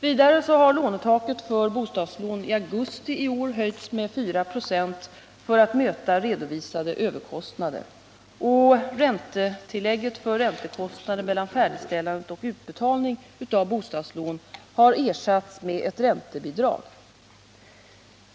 Vidare har lånetaket för bostadslån i augusti i år höjts med 4 96 för att möta redovisade överkostnader, och räntetillägget för räntekostnader mellan färdigställandet och utbetalning av bostadslån har ersatts med ett räntebidrag.